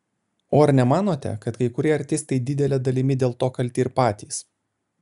o ar nemanote kad kai kurie artistai didele dalimi dėl to kalti ir patys